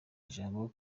ijambo